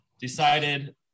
decided